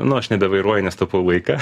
nu aš nebevairuoju nes taupau laiką